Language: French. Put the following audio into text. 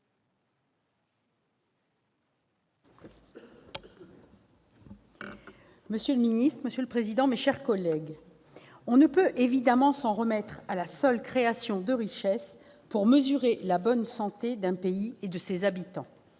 Monsieur le président, monsieur le secrétaire d'État, mes chers collègues, on ne peut évidemment s'en remettre à la seule création de richesse pour mesurer la bonne santé d'un pays et de ses habitants